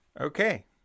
Okay